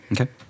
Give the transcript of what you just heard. Okay